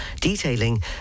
detailing